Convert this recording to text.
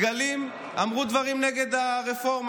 עם דגלים, ואמרו דברים נגד הרפורמה.